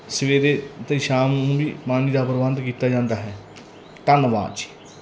ਸਵੇਰੇ ਅਤੇ ਸ਼ਾਮ ਨੂੰ ਵੀ ਪਾਣੀ ਦਾ ਪ੍ਰਬੰਧ ਕੀਤਾ ਜਾਂਦਾ ਹੈ ਧੰਨਵਾਦ ਜੀ